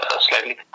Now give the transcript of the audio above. slightly